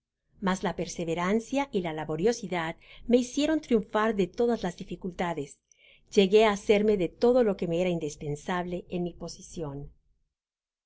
mas la perseverancia y la laboriosidad me hicieron triunfar de todas las dificultades llegué á hacerme todo lo que me era indispensable en mi posbion